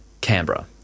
Canberra